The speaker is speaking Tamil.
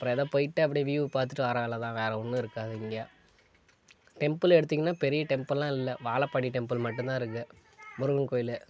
அப்புறம் ஏதோ போய்ட்டு அப்படியே வியூ பார்த்துட்டு வர்ற வேலை தான் வேற ஒன்றும் இருக்காது இங்கே டெம்பிள் எடுத்தீங்கன்னா பெரிய டெம்பிள்லாம் இல்லை வாழப்பாடி டெம்பிள் மட்டுந்தான் இருக்கு முருகன் கோவிலு